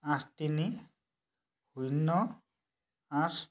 আঠ তিনি শূন্য আঠ